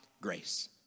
grace